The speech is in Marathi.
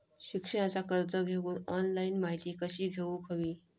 शिक्षणाचा कर्ज घेऊक ऑनलाइन माहिती कशी घेऊक हवी?